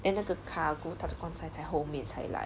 then 那个 cargo 它的棺材在后面才来